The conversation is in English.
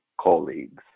colleagues